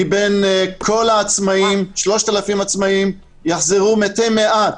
מבין כל העצמאים, 3,000 עצמאים, יחזרו מתי מעט,